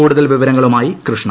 കൂടുതൽ വിവരങ്ങളുമായി കൃഷ്ണ